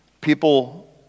People